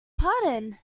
pardon